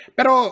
Pero